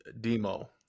Demo